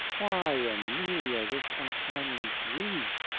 why, amelia, this untimely grief?